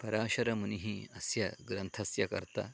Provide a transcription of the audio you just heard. पराशरमुनिः अस्य ग्रन्थस्य कर्ता